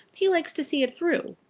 he likes to see it through.